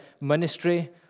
ministry